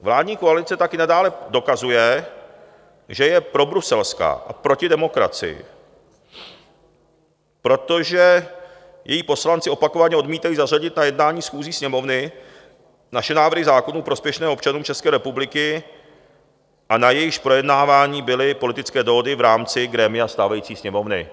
Vládní koalice tak i nadále dokazuje, že je probruselská a proti demokracii, protože její poslanci opakovaně odmítají zařadit na jednání schůzí Sněmovny naše návrhy zákonů prospěšné občanům České republiky, na jejichž projednávání byly politické dohody v rámci grémia stávající Sněmovny.